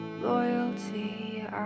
Loyalty